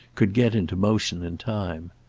could get into motion in time.